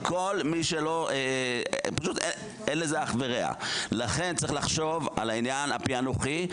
צריך לחשוב על העניין הפענוחי.